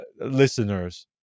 listeners